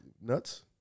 nuts